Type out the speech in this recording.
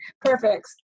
perfect